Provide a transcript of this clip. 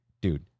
dude